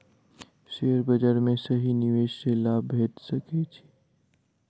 share बाजार में सही निवेश सॅ लाभ भेट सकै छै